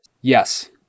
Yes